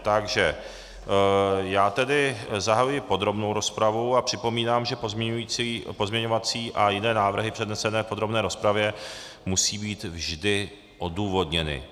Takže zahajuji podrobnou rozpravu a připomínám, že pozměňovací a jiné návrhy přednesené v podrobné rozpravě musí být vždy odůvodněny.